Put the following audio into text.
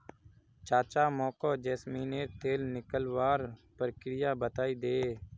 चाचा मोको जैस्मिनेर तेल निकलवार प्रक्रिया बतइ दे